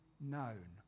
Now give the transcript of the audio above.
Known